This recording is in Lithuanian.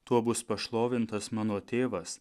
tuo bus pašlovintas mano tėvas